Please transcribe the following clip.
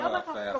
לא בהכרח כפול.